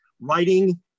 writing